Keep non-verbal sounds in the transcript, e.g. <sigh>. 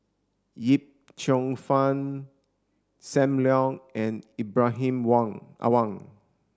Yip Cheong Fun Sam Leong and Ibrahim <unintelligible> Awang